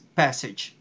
passage